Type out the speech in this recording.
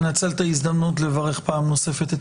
אני מנצל את ההזדמנות לברך פעם נוספת את